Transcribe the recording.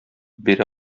бирә